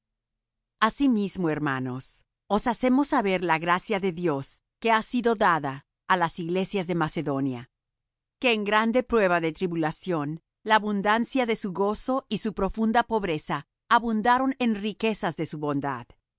vosotros asimismo hermanos os hacemos saber la gracia de dios que ha sido dada á las iglesias de macedonia que en grande prueba de tribulación la abundancia de su gozo y su profunda pobreza abundaron en riquezas de su bondad